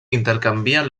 intercanvien